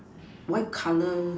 white color